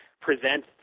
present